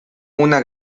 una